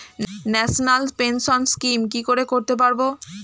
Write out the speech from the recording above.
National pension scheme কি করে করতে পারব?